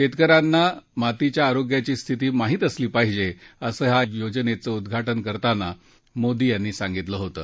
शेतकऱ्यांना मातीच्या आरोग्याची स्थिती माहित असली पाहिजे असं या योजनेचं उद्घाटन करताना मोदी यांनी सांगितलं होतं